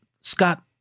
Scott